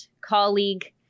colleague